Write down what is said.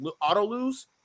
auto-lose